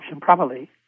properly